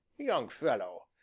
young fellow,